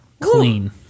clean